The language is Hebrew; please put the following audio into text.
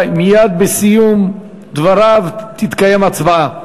מייד בסיום דבריו תתקיים הצבעה.